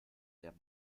der